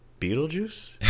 Beetlejuice